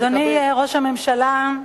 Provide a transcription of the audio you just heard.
אדוני ראש הממשלה,